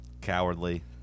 Cowardly